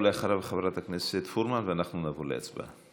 אחריו, חברת הכנסת פרומן, ואנחנו נעבור להצבעה.